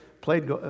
played